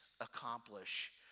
accomplish